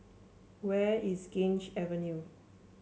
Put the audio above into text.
where is Gange Avenue